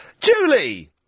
Julie